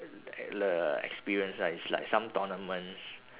experience right it's like some tournaments